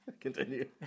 Continue